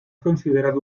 considerado